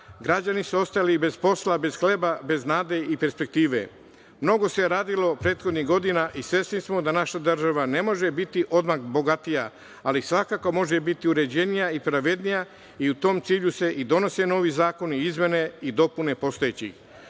građani su ostajali bez posla, bez hleba, bez nade i perspektive. Mnogo se radilo prethodni godina i svesni smo da naša država ne može biti odmah bogatija, ali svakako može biti uređenija i pravednija i u tom cilju se i donose novi zakoni i izmene dopune postojećih. Kako